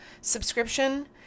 subscription